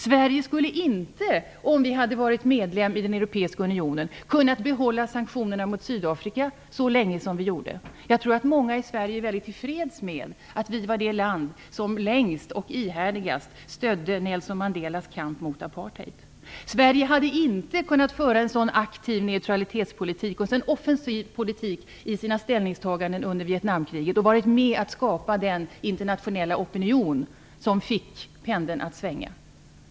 Sverige skulle inte, om vi hade varit medlem i den europeiska unionen, ha kunnat behålla sanktionerna mot Sydafrika så länge som vi gjorde. Jag tror att många i Sverige är väldigt till freds med att vi var det land som längst och ihärdigast stödde Nelson Mandelas kamp mot apartheid. Sverige hade inte som medlem kunnat föra en så aktiv neutralitetspolitik och offensiv politik i sina ställningstaganden under Vietnamkriget och vara med och skapa den internationella opinion som fick pendeln att svänga.